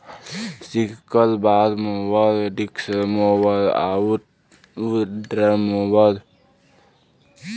sickle bar mower, disc mower आउर drum mower